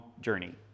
journey